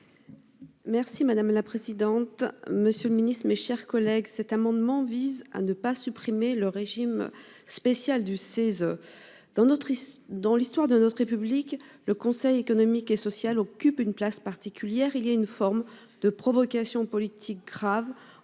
Merci madame la présidente. Monsieur le Ministre, mes chers collègues. Cet amendement vise à ne pas supprimer le régime spécial du CESE. Dans d'autres ici dans l'histoire de notre République, le Conseil économique et social occupe une place particulière, il y a une forme de provocation politique grave